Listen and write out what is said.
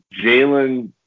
Jalen